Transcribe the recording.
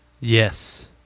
Yes